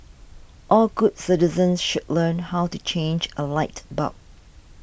all good citizens should learn how to change a light bulb